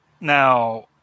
now